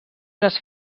les